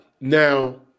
now